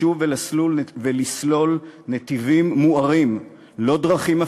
לשוב ולסלול נתיבים מוארים, לא דרכים אפלות,